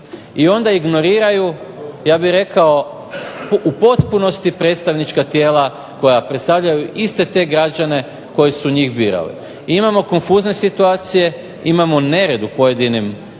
I onda ignoriraju, ja bih rekao u potpunosti, predstavnička tijela koja predstavljaju iste te građane koji su njih birali. I imamo konfuzne situacije, imamo nered u pojedinim, ja